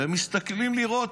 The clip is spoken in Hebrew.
והם מסתכלים לראות,